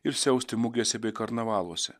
ir siausti mugėse bei karnavaluose